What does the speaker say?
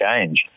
change